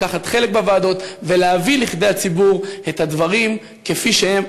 לקחת חלק בוועדות ולהביא לציבור את הדברים כפי שהם.